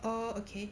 oh okay